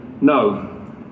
No